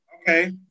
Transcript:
Okay